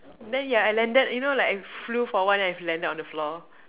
then ya I landed you know like I flew for a while then I landed on the floor